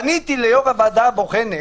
פניתי ליושב-ראש הוועדה הבוחנת,